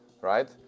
right